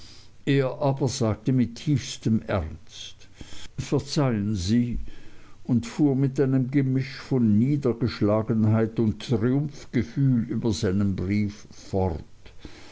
er aber sagte mit tiefstem ernst verzeihen sie und fuhr mit einem gemisch von niedergeschlagenheit und triumphgefühl über seinen brief fort